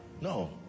No